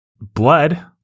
blood